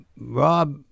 Rob